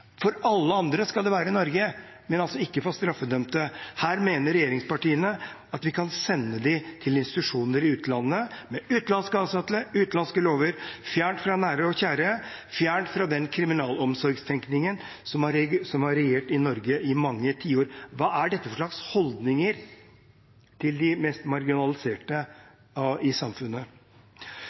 For alle andre skal institusjonen være i Norge, men altså ikke for straffedømte. Regjeringspartiene mener at vi kan sende dem til institusjoner i utlandet – med utenlandske ansatte og utenlandske lover, fjernt fra nære og kjære, fjernt fra den kriminalomsorgstenkningen som har regjert i Norge i mange tiår. Hva er dette for slags holdninger til de mest marginaliserte i samfunnet?